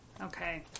Okay